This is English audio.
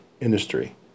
industry